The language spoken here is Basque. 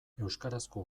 euskarazko